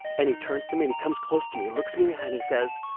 and he turns to me, and he comes close to me, looks me in the eye, and he says,